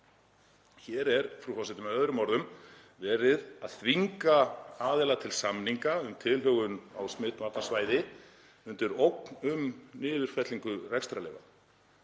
Hér er með öðrum orðum verið að þvinga aðila til samninga um tilhögun á smitvarnarsvæði undir ógn um niðurfellingu rekstrarleyfa.